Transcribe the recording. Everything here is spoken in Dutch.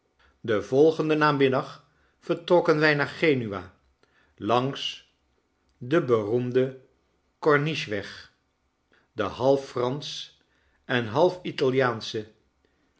den volgenden namiddag vertrokken wij naar genua langs den beroemden cornice weg de half fransch en half italiaansche